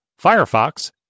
Firefox